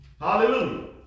Hallelujah